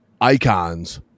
icons